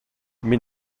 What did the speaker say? mais